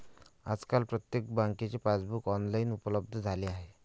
आजकाल प्रत्येक बँकेचे पासबुक ऑनलाइन उपलब्ध झाले आहे